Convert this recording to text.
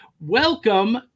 Welcome